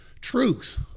truth